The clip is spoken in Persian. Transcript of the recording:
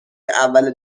اول